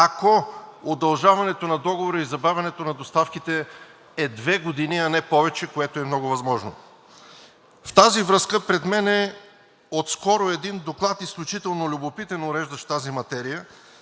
ако удължаването на Договора и забавянето на доставките е две години, а не повече, което е много възможно. В тази връзка, пред мен отскоро е един изключително любопитен доклад, уреждащ тази материя,